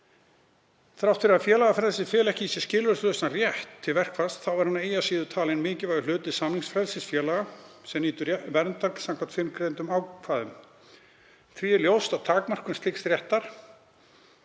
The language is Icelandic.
Þrátt fyrir að félagafrelsið feli ekki í sér skilyrðislausan rétt til verkfalls, þá er hann eigi að síður talinn mikilvægur hluti samningsfrelsis félaga sem nýtur verndar samkvæmt fyrrgreindum ákvæðum. Því er ljóst að takmörkun slíks réttar